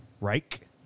Reich